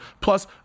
plus